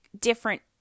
different